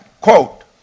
quote